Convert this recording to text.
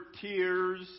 tears